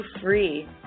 free